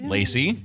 Lacey